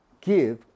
give